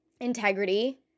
integrity